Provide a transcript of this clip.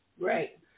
right